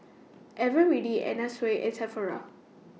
Eveready Anna Sui and Sephora